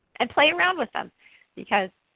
and play around with them because